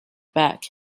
back